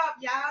y'all